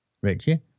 Richie